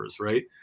Right